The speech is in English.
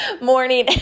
morning